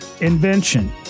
invention